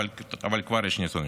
אבל כבר יש נתונים.